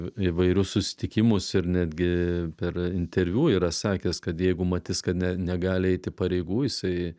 įvairius susitikimus ir netgi per interviu yra sakęs kad jeigu matys kad ne negali eiti pareigų jisai